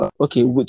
okay